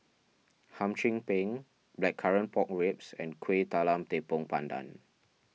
Hum Chim Peng Blackcurrant Pork Ribs and Kuih Talam Tepong Pandan